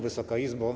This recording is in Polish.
Wysoka Izbo!